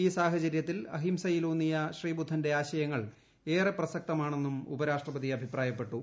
ഈ സാഹചരൃത്തിൽ അഹിംസ്യിലൂന്നിയ ശ്രീബുദ്ധന്റെ ആശയങ്ങൾ ഏറെ പ്രസക്തമാണെന്നും ഉപരാഷ്ട്രപതി അഭിപ്രായപ്പെട്ടു